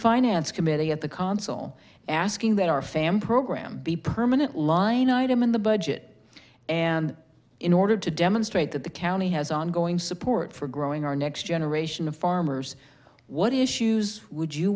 finance committee at the consul asking that our fam graham be permanent line item in the budget and in order to demonstrate that the county has ongoing support for growing our next generation of farmers what is shoes would you